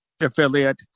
affiliate